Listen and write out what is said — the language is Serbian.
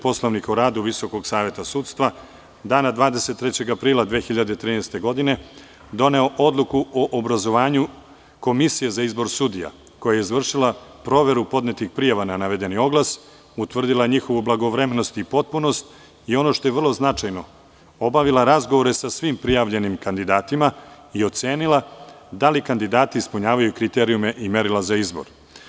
Poslovnika o radu VSS, dana 23. aprila 2013. godine doneo Odluku o obrazovanju Komisije za izbor sudija, koja je izvršila proveru podnetih prijava na navedeni oglas, utvrdila njihovu blagovremenost i potpunost i ono što je vrlo značajno, obavila razgovore sa svim prijavljenim kandidatima i ocenila da li kandidati ispunjavaju kriterijume i merila za izbor.